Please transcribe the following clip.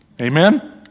Amen